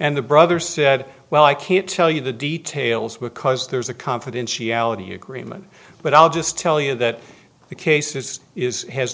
and the brother said well i can't tell you the details because there's a confidentiality agreement but i'll just tell you that the case is is has